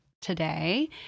today